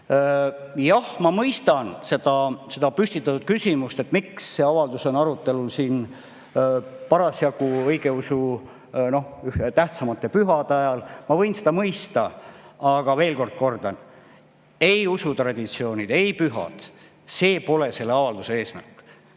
Jah, ma mõistan seda püstitatud küsimust, et miks see avaldus on arutelul parasjagu õigeusu tähtsaimate pühade ajal. Ma võin seda mõista, aga veel kord kordan: ei usutraditsioonid ega ‑pühad pole seotud selle avalduse eesmärgiga.